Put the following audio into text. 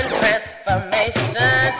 transformation